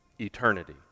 eternity